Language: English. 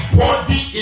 body